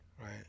right